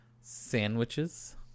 Sandwiches